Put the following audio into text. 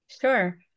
Sure